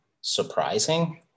surprising